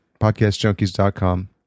podcastjunkies.com